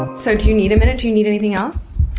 ah so, do you need a minute? do you need anything else?